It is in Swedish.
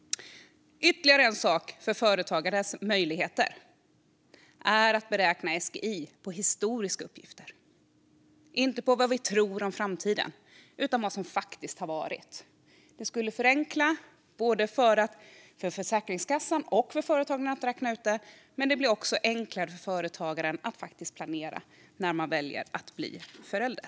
Ytterligare en viktig fråga som har att göra med företagares möjligheter är att beräkna SGI på historiska uppgifter - inte vad vi tror om framtiden utan vad som faktiskt har varit. Det skulle förenkla både för Försäkringskassan och för företagen. Det blir också enklare för företagare att planera när man väljer att bli förälder.